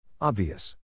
Obvious